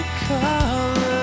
color